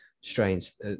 strains